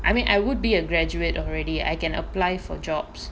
I mean I would be a graduate already I can apply for jobs